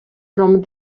from